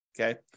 okay